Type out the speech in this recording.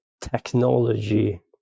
technology